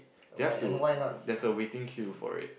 they have to there's a waiting queue for it